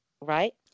Right